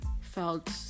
felt